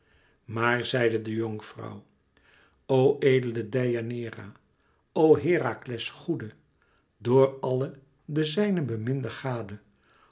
maar zeide de jonkvrouw o edele deianeira o herakles goede door alle de zijnen beminde gade